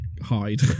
hide